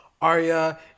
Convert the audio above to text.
Arya